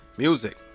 Music